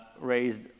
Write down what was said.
Raised